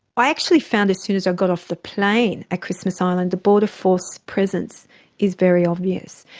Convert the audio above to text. i actually found as soon as i got off the plane at christmas island the border force presence is very obvious.